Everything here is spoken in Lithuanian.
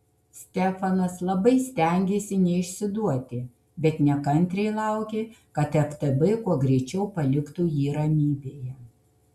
stefanas labai stengėsi neišsiduoti bet nekantriai laukė kad ftb kuo greičiau paliktų jį ramybėje